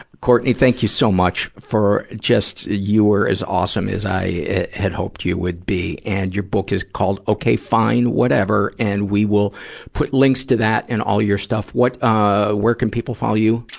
courtenay, thank you so much for just you are as awesome as i had hoped you would be. and your book is called okay fine whatever, and we will put links to that and all your stuff. what, ah, where can people follow you?